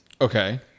okay